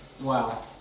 Wow